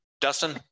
Dustin